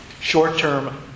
Short-term